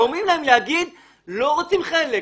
גורמים להם להגיד שלא רוצים חלק,